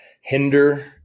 hinder